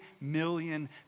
million